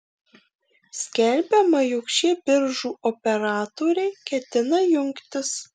skelbiama jog šie biržų operatoriai ketina jungtis